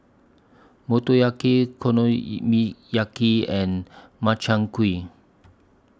Motoyaki and Makchang Gui